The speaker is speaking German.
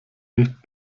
nicht